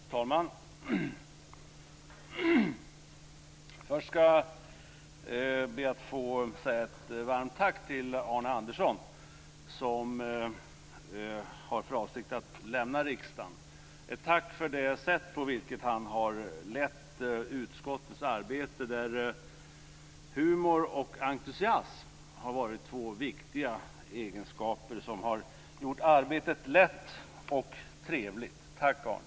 Fru talman! Först skall jag be att få säga ett varmt tack till Arne Andersson som har för avsikt att lämna riksdagen. Jag vill tacka för det sätt på vilket han har lett utskottets arbete. Humor och entusiasm har varit två viktiga egenskaper som har gjort arbetet lätt och trevligt. Tack Arne!